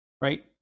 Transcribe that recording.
right